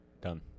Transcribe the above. Done